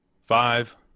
five